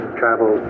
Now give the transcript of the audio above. travel